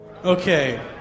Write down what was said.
Okay